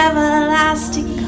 Everlasting